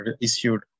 issued